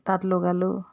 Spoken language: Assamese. তাঁত লগালোঁ